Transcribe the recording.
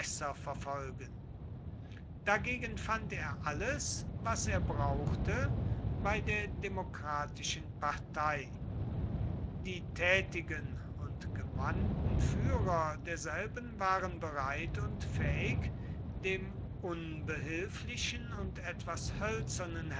verfolgen dagegen fand er alles was er brauchte bei der demokratischen partei die tätigen und gewandten führer derselben waren bereit und fähig dem unbehilflichen und etwas hölzernen